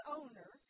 owner